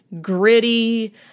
gritty